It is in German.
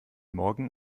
morgen